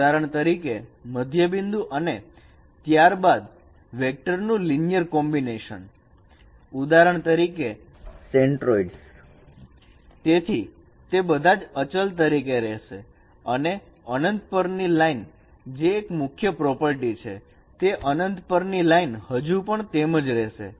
ઉદાહરણ તરીકે મધ્યબિંદુ અને ત્યારબાદ વેક્ટરનું લિનિયર કોમ્બિનેશન ઉદાહરણ તરીકે સેન્ટ્રોઈડસ તેથી તે બધા જ અચલ તરીકે રહેશે અને અનંત પર ની લાઈન જે એક મુખ્ય પ્રોપર્ટી છે તે અનંત પર ની લાઈન હજુ પણ તેમજ રહેશે